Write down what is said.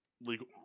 legal